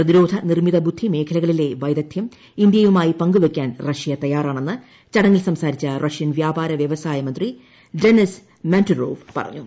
പ്രതിരോധ നിർമ്മിത ബുദ്ധി മേഖലകളിലെ വൈദഗ്ദ്ധ്യം ഇന്ത്യയുമായി പങ്കുവെയ്ക്കാൻ റഷ്യ തയ്യാറാണെന്ന് ചടങ്ങിൽ സംസാരിച്ചു റ്ഷ്യൻ വ്യാപാര വ്യവസായ മന്ത്രി ഡെനിസ് മൻറ്റുറോപ്പ് പ്പറഞ്ഞു